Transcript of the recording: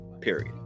Period